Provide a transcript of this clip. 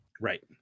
right